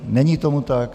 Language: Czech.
Není tomu tak.